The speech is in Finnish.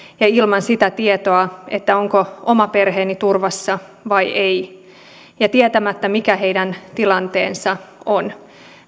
ja ilman sitä tietoa onko oma perheeni turvassa vai ei tietämättä mikä heidän tilanteensa on